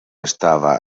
estava